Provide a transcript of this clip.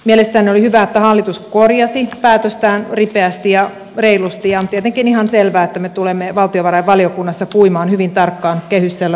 mielestäni oli hyvä että hallitus korjasi päätöstään ripeästi ja reilusti ja on tietenkin ihan selvää että me tulemme valtiovarainvaliokunnassa puimaan hyvin tarkkaan kehysselonteon antia